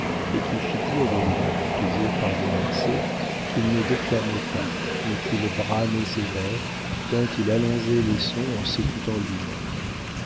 et qui fit dire de lui toujours par de marsay qu'il ne déclamait pas mais qu'il bramait ses vers tant il allongeait les sons en s'écoutant lui-même